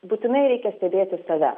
būtinai reikia stebėti save